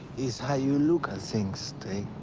it's how you look at things, teya.